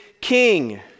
king